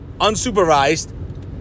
Unsupervised